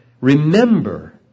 Remember